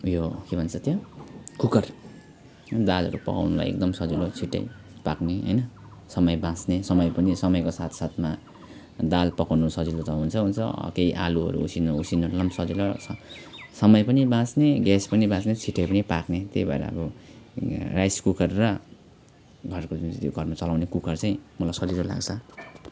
यो के भन्छ त्यो कुकर दालहरू पकाउनुलाई एकदम सजिलो छिट्टै पाक्ने हैन समय बाँच्ने समय पनि समयको साथसाथमा दाल पकाउनु सजिलो त हुन्छै हुन्छ केही आलुहरू उसिन्नु उसिन्नुलाई पनि सजिलो स समय पनि बाँच्ने ग्यास पनि बाँच्ने छिटै पनि पाक्ने त्यही भएर हो राइस कुकर र घरको जुन चाहिँ त्यो घरमा चलाउने कुकर चाहिँ मलाई सजिलो लाग्छ